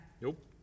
Nope